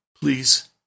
please